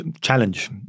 challenge